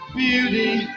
beauty